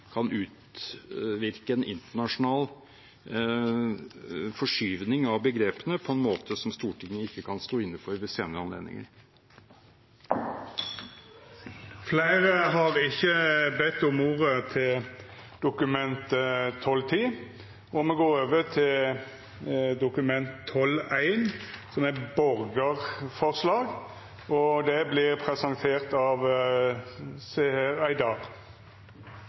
kan utvirke en internasjonal forskyvning av begrepene på en måte som Stortinget ikke kan stå inne for ved senere anledninger. Fleire har ikkje bedt om ordet til grunnlovsforslag 10. Nylig feiret Stortinget på Rødts initiativ 100 år med allmenn stemmerett, som